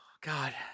god